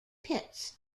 pits